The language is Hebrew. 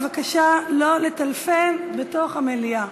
בבקשה לא לטלפן בתוך המליאה,